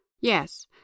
Yes